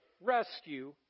rescue